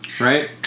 Right